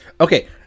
Okay